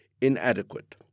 inadequate